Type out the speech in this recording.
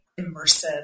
immersive